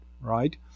right